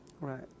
Right